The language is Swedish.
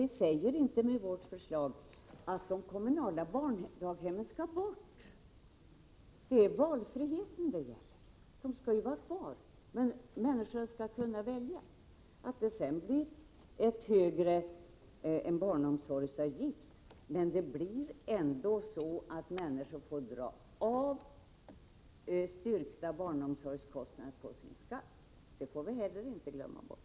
Vi säger inte med vårt förslag att de kommunala barndaghemmen skall bort. Det är valfriheten det gäller. Barndaghemmen skall finnas kvar men människor skall kunna välja. Det blir en barnomsorgsavgift, men människor skall få dra av styrkta barnomsorgskostnader på sin skatt. Det skall inte heller glömmas bort.